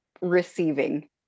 receiving